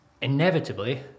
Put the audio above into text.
inevitably